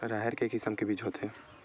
राहेर के किसम के बीज होथे?